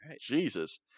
Jesus